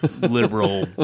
liberal